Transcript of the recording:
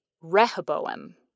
Rehoboam